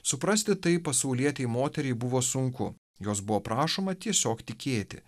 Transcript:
suprasti tai pasaulietei moteriai buvo sunku jos buvo prašoma tiesiog tikėti